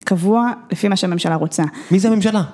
קבוע לפי מה שהממשלה רוצה. מי זה הממשלה?